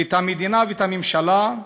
את המדינה ואת הממשלה,